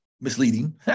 misleading